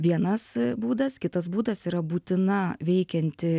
vienas būdas kitas būdas yra būtina veikianti